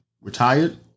Retired